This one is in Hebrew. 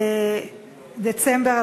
בדצמבר,